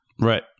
right